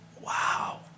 wow